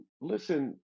listen